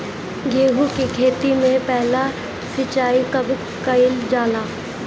गेहू के खेती मे पहला सिंचाई कब कईल जाला?